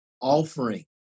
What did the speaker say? offering